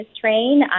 Train